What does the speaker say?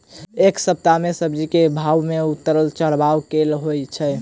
एक सप्ताह मे सब्जी केँ भाव मे उतार चढ़ाब केल होइ छै?